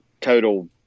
total